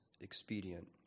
expedient